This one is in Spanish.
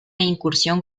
incursión